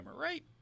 right